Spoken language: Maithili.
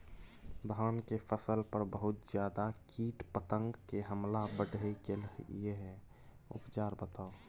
धान के फसल पर बहुत ज्यादा कीट पतंग के हमला बईढ़ गेलईय उपचार बताउ?